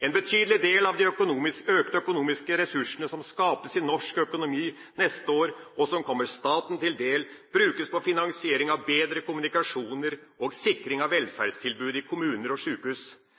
En betydelig del av de økte økonomiske ressursene som skapes i norsk økonomi neste år, og som kommer staten til del, brukes på finansiering av bedre kommunikasjoner og sikring av velferdstilbud i kommuner og